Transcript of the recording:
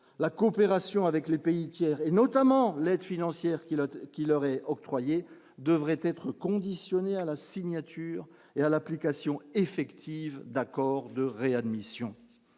la coopération avec les pays tiers et notamment l'aide financière qui qui leur est octroyé devrait être conditionnée à la signature et à l'application effective d'accords de réadmission